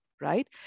right